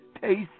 taste